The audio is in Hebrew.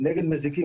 נגד מזיקים.